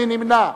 מי נמנע?